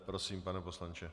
Prosím, pane poslanče.